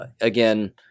again